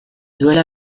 duela